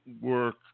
work